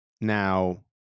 Now